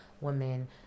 women